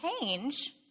change